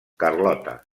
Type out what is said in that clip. carlota